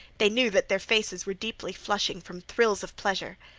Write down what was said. they knew that their faces were deeply flushing from thrills of pleasure.